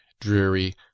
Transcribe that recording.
dreary